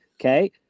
Okay